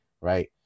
right